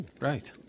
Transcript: right